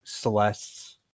Celeste's